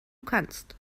kannst